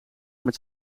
met